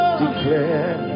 declare